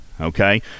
okay